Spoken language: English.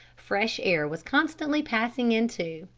fresh air was constantly passing into,